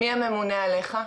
מי הממונה עליך?